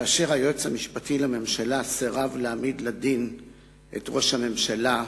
כאשר היועץ המשפטי לממשלה סירב להעמיד לדין את ראש הממשלה,